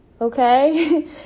okay